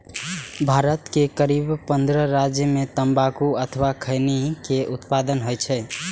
भारत के करीब पंद्रह राज्य मे तंबाकू अथवा खैनी के उत्पादन होइ छै